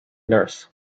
nurse